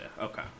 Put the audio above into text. okay